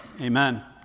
Amen